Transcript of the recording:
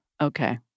okay